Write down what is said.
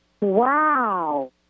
Wow